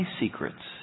secrets